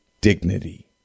dignity